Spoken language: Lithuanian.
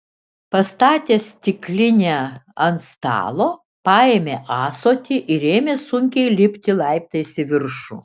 pastatęs stiklinę ant stalo paėmė ąsotį ir ėmė sunkiai lipti laiptais į viršų